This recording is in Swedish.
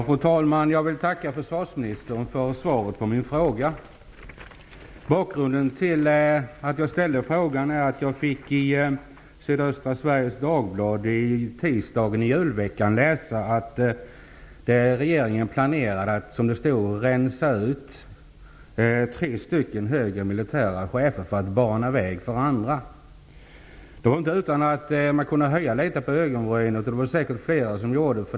Fru talman! Jag vill tacka försvarsministern för svaret på min fråga. Bakgrunden till frågan är att jag tisdagen i julveckan i Sydöstra Sveriges Dagblad fick läsa att regeringen planerade att, som det stod, rensa ut tre stycken högre militära chefer för att bana väg för andra. Det var inte utan att man kunde höja litet på ögonbrynen. Det var det säkert flera som gjorde också.